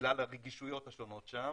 בגלל הרגישויות השונות שם,